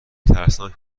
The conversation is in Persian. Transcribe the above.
ترسناک